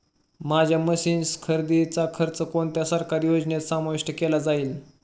माझ्या मशीन्स खरेदीचा खर्च कोणत्या सरकारी योजनेत समाविष्ट केला जाईल का?